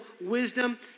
wisdom